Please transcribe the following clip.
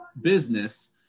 business